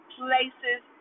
places